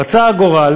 רצה הגורל